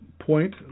point